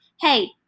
Hey